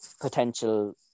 potential